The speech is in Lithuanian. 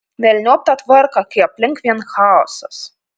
velniop tą tvarką kai aplink vien chaosas